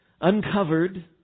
uncovered